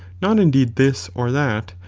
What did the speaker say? not indeed this or that,